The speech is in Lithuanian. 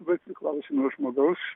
labai priklauso nuo žmogaus